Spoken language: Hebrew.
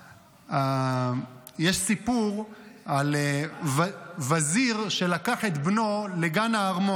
יש סיפור על וזיר שלקח את בנו לגן הארמון,